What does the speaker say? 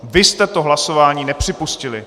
Vy jste to hlasování nepřipustili.